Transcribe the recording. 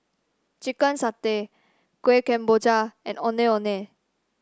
Chicken Satay Kueh Kemboja and Ondeh Ondeh